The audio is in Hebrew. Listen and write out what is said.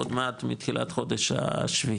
עוד מעט מתחילת חודש השביעי